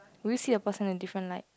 will you see the person in a different light